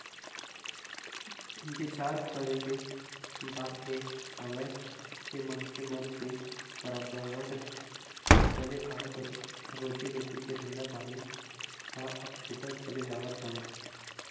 बिचार करे के बात ये हवय के मनखे मन के पंरापरागत चले आवत रोजी रोटी के धंधापानी ह अब छूटत चले जावत हवय